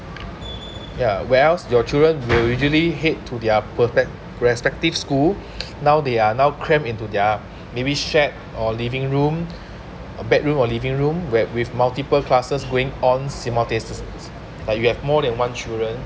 yeah where else your children who usually head to their protect respective school now they are now cramped into their maybe shared or living room uh bedroom or living room where with multiple classes going on simultaneous s~ like you have more than one children